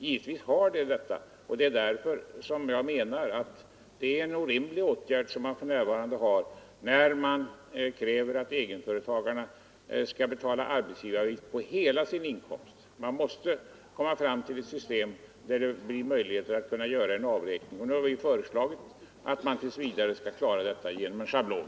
Givetvis har det en betydelse, och det är därför jag menar att det är orimligt att som nu kräva att egenföretagarna skall betala arbetsgivaravgift på hela sin inkomst. Man måste komma fram till ett system med möjlighet att göra en avvägning, och vi har föreslagit att man tills vidare skall klara detta genom en schablon.